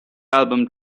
album